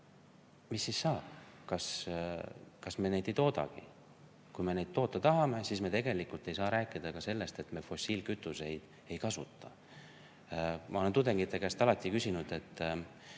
mis siis saab, kas me neid tuulikuid ei toodagi? Kui me neid toota tahame, siis me tegelikult ei saa rääkida sellest, et me fossiilkütuseid ei kasuta. Ma olen tudengite käest alati küsinud, et